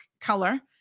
color